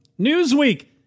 Newsweek